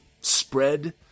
spread